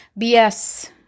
BS